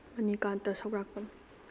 Manikanta ꯁꯧꯒ꯭ꯔꯥꯛꯄꯝ